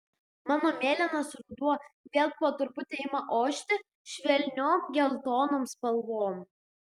mano mėlynas ruduo vėl po truputį ima ošti švelniom geltonom spalvom